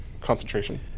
Concentration